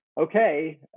okay